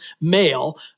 male